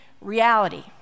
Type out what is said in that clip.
reality